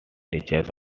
reaches